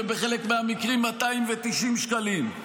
ובחלק מהמקרים 290 שקלים?